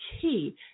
key